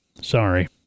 sorry